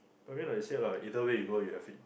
but then you say lah either way you go you have it